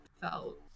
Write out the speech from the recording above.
felt